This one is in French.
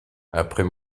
après